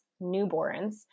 newborns